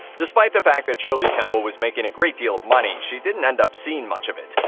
despite the fact that shirley temple was making a great deal of money, she didn't end up seeing much of it.